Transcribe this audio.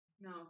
No